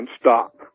stop